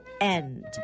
End